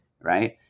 Right